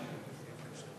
ממש לא.